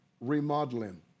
remodeling